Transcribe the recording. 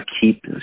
keep